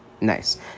Nice